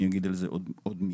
אני אגיד על זה עוד מילה,